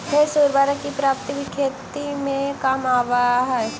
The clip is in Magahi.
भेंड़ से उर्वरक की प्राप्ति भी खेती में काम आवअ हई